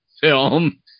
film